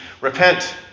repent